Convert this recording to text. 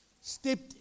stepped